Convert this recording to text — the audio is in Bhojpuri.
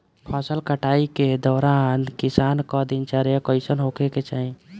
फसल कटाई के दौरान किसान क दिनचर्या कईसन होखे के चाही?